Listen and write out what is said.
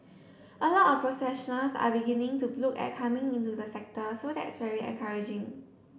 a lot of professionals are beginning to look at coming into the sector so that's very encouraging